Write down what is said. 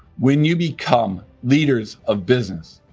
when you become leaders of business,